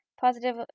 Positive